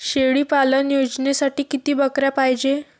शेळी पालन योजनेसाठी किती बकऱ्या पायजे?